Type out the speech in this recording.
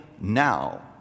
now